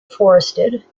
forested